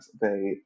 they-